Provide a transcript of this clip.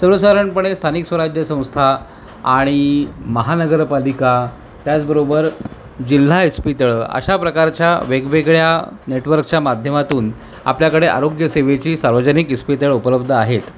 सर्वसाधारणपणे स्थानिक स्वराज्य संस्था आणि महानगरपालिका त्याचबरोबर जिल्हा इस्पितळं अशा प्रकारच्या वेगवेगळ्या नेटवर्कच्या माध्यमातून आपल्याकडे आरोग्यसेवेची सार्वजनिक इस्पितळं उपलब्ध आहेत